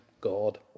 God